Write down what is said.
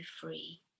free